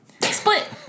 split